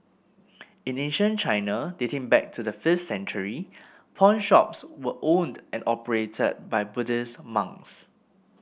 in ancient China dating back to the fifth century pawnshops were owned and operated by Buddhist monks